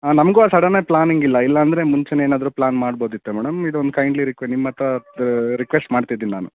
ನಮಗೂ ಅದು ಸಡನ್ನಾಗಿ ಪ್ಲಾನಿಂಗಿಲ್ಲ ಇಲ್ಲ ಅಂದರೆ ಮುಂಚೆನೇ ಏನಾದ್ರೂ ಪ್ಲಾನ್ ಮಾಡ್ಬೋದಿತ್ತು ಮೇಡಮ್ ಇದೊಂದು ಕೈಂಡ್ಲಿ ರೆಕ್ವೆ ನಿಮ್ಮ ಹತ್ತಿರ ರಿಕ್ವೆಸ್ಟ್ ಮಾಡ್ತಿದ್ದೀನಿ ನಾನು